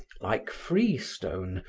like freestone,